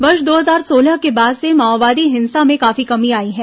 वर्ष दो हजार सोलह के बाद से माओवादी हिंसा में काफी कमी आई है